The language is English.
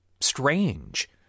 strange